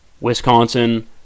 Wisconsin